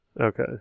Okay